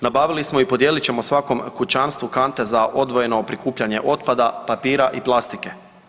Nabavili smo i podijelit ćemo svakom kućastvu kante za odvojeno prikupljanje otpada, papira i plastike.